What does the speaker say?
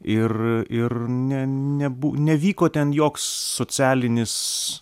ir ir ne nebuv nevyko ten joks socialinis